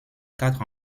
quatre